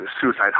suicide